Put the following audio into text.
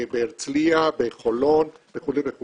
בהרצליה, בחולון וכו' וכו',